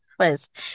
first